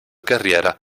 carriera